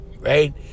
right